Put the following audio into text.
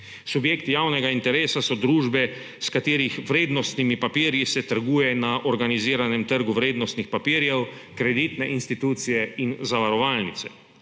Subjekti javnega interesa so družbe, s katerih vrednostnimi papirji se trguje na organiziranem trgu vrednostnih papirjev, kreditne institucije in zavarovalnice.